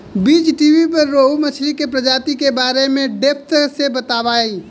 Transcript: बीज़टीवी पर रोहु मछली के प्रजाति के बारे में डेप्थ से बतावता